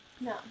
No